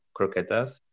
croquetas